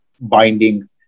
binding